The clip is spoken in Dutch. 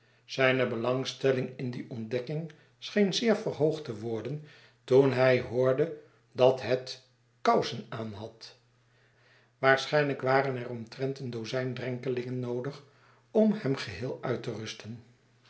zijne belangstelling in die ontdekking scheen zeer verhoo gd te word en toen hij hoorde dat hetkousenaanhad waarschijnlijk waren er omtrent een dozijn drenkelingen noodig om hem geheel uit te rusten